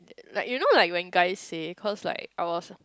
like you know like when guy say cause like I was